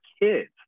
kids